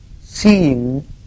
seeing